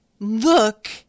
Look